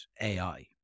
AI